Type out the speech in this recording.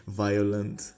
violent